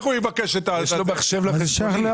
יש לו מחשב לחשבונית.